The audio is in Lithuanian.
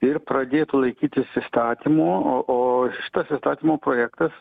ir pradėtų laikytis įstatymo o o šitas įstatymo projektas